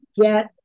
get